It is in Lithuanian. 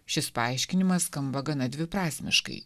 šis paaiškinimas skamba gana dviprasmiškai